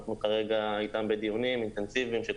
אנחנו כרגע בדיונים אינטנסיביים אתם,